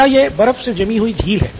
क्या यह बर्फ से जमी हुई झील है